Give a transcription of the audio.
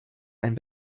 ein